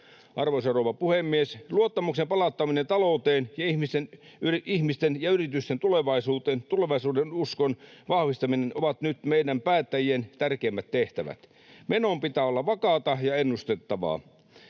Arvoisa rouva puhemies! Luottamuksen palauttaminen talouteen ja ihmisten ja yritysten tulevaisuudenuskon vahvistaminen ovat nyt meidän päättäjien tärkeimmät tehtävät. Menon pitää olla vakaata ja ennustettavaa.